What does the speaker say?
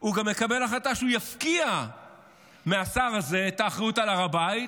הוא גם מקבל החלטה שהוא יפקיע מהשר הזה את האחריות להר הבית,